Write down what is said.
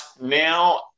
now